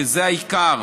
וזה העיקר,